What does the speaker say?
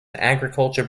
agriculture